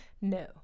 No